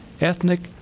ethnic